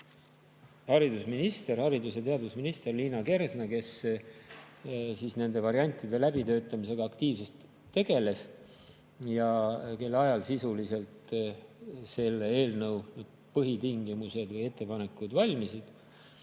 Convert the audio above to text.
Eelmine haridus- ja teadusminister Liina Kersna, kes nende variantide läbitöötamisega aktiivselt tegeles ja kelle ajal sisuliselt selle eelnõu põhitingimused või ettepanekud valmisid,